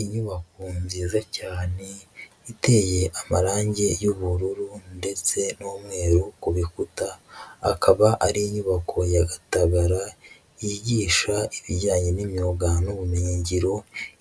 Inyubako nziza cyane iteye amarange y'ubururu ndetse n'umweru ku bikuta, akaba ari inyubako ya Gatagara yigisha ibijyanye n'imyuga n'ubumenyingiro,